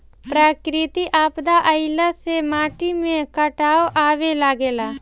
प्राकृतिक आपदा आइला से माटी में कटाव आवे लागेला